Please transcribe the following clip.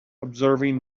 observing